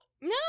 No